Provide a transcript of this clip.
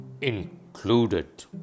included